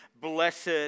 Blessed